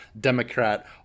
Democrat